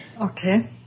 Okay